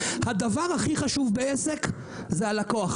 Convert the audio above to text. שהדבר הכי חשוב בעסק זה הלקוח.